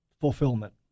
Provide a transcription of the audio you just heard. Fulfillment